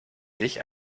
sich